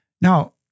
Now